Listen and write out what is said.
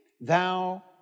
thou